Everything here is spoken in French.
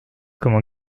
comment